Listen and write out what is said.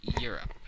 Europe